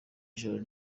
ijoro